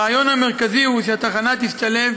הרעיון המרכזי הוא שהתחנה תשתלב